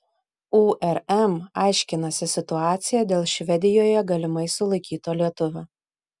urm aiškinasi situaciją dėl švedijoje galimai sulaikyto lietuvio